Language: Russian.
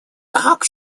как